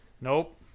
nope